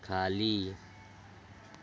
खाली